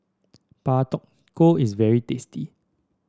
Pak Thong Ko is very tasty